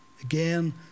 again